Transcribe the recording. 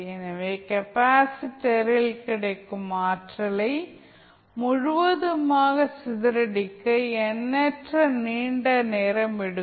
எனவே கெப்பாசிட்டரில் கிடைக்கும் ஆற்றலை முழுவதுமாக சிதறடிக்க எண்ணற்ற நீண்ட நேரம் எடுக்கும்